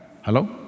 Hello